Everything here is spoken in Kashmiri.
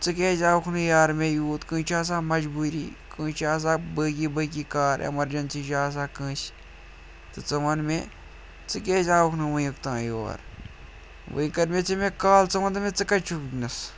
ژٕ کیٛازِ آوُکھ نہٕ یارٕ مےٚ یوٗت کٲنٛسہِ چھِ آسان مَجبوٗری کٲنٛسہِ چھِ آسان باقی باقی کار اٮ۪مَرجنسی چھِ آسان کٲنٛسہِ تہٕ ژٕ وَن مےٚ ژٕ کیٛازِ آوُکھ نہٕ وٕنیُک تام یور وٕنۍ کٔر مَے ژےٚ مےٚ کال ژٕ وَن تہٕ مےٚ ژٕ کَتہِ چھُکھ وٕنۍکٮ۪نَس